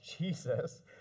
Jesus